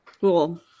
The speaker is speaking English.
Cool